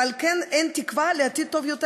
ועל כן אין תקווה לעתיד טוב יותר.